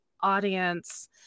audience